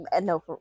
No